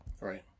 Right